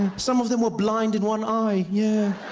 some of them where blind in one eye, yeah.